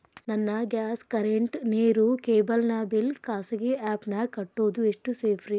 ನನ್ನ gas current, ನೇರು, cable ನ ಬಿಲ್ ಖಾಸಗಿ ಆ್ಯಪ್ ನ್ಯಾಗ್ ಕಟ್ಟೋದು ಎಷ್ಟು ಸೇಫ್ರಿ?